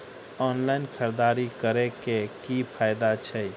Online खरीददारी करै केँ की फायदा छै?